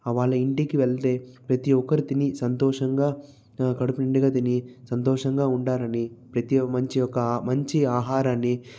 వాళ్ళ ఇంటికి వెళ్తే ప్రతి ఒక్కరు తిని సంతోషంగా కడుపు నిండుగా తిని సంతోషంగా ఉండాలని ప్రతి మంచి ఒక మంచి ఆహారాన్ని